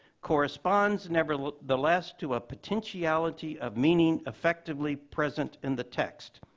corresponds nevertheless to a potentiality of meaning effectively present in the text.